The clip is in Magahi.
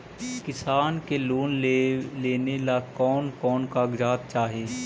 किसान के लोन लेने ला कोन कोन कागजात चाही?